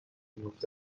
میافتد